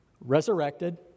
resurrected